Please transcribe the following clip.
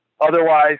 Otherwise